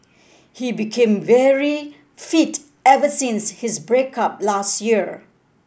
he became very fit ever since his break up last year